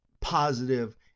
positive